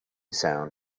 sound